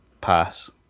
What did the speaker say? Pass